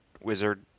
wizard